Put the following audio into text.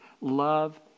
Love